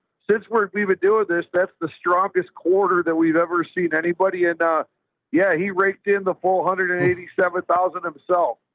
since we've been doing this, that's the strongest quarter that we've ever seen anybody. and yeah, he raped in the four hundred and eighty seven thousand himself.